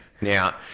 Now